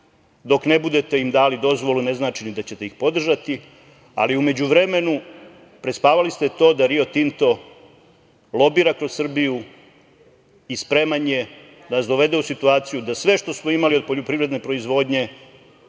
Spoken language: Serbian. dok ne budete ima dali dozvolu ne znači ni da ćete ih podržati, ali u međuvremenu prespavali ste to da „Rio Tinto“ lobira kroz Srbiju i spreman je da nas dovede u situaciju da sve što smo imali od poljoprivredne proizvodnje